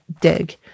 dig